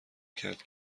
کرد